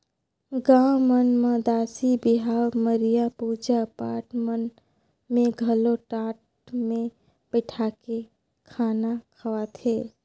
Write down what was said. गाँव मन म सादी बिहाव, मरिया, पूजा पाठ मन में घलो टाट मे बइठाके खाना खवाथे